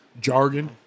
Jargon